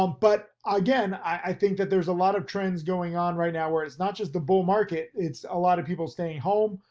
um but again, i think that there's a lot of trends going on right now where it's not just the bull market, it's a lot of people staying home,